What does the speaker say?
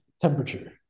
temperature